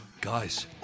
Guys